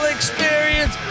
Experience